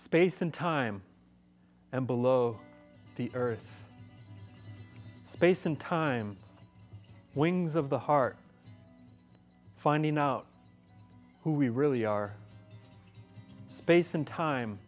space and time and below the earth space and time wings of the heart finding out who we really are space and time